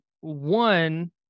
one